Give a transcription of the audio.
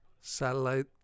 Satellite